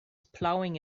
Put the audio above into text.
plowing